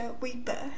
weeper